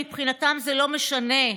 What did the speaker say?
מבחינתם, זה לא משנה.